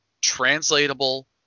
translatable